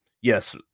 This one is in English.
Yes